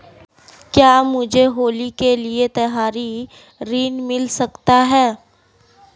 क्या मुझे होली के लिए त्यौहारी ऋण मिल सकता है?